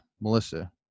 Melissa